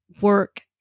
work